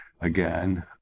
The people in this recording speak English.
again